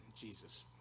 Jesus